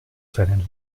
seinen